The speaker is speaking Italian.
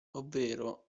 ovvero